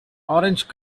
orange